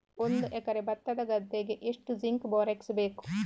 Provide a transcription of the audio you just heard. ಒಂದು ಎಕರೆ ಭತ್ತದ ಗದ್ದೆಗೆ ಎಷ್ಟು ಜಿಂಕ್ ಬೋರೆಕ್ಸ್ ಬೇಕು?